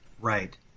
right